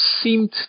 seemed